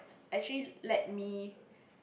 actually let me